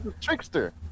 trickster